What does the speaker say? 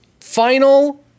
final